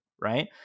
right